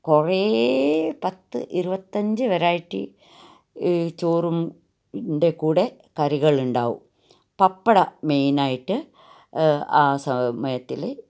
കുറേ പത്ത് ഇരുപത്തഞ്ച് വെറൈറ്റി ചോറും ൻ്റെ കൂടെ കറികൾ ഉണ്ടാകും പപ്പടം മെയിനായിട്ട് ആ സമയത്തിൽ